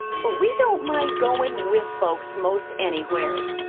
but we don't mind goin' with folks most anywheres.